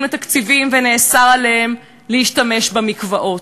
לתקציבים ונאסר עליהם להשתמש במקוואות.